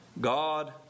God